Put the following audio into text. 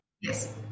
Yes